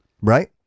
right